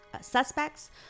suspects